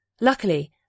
Luckily